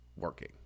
working